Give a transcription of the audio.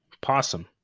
possum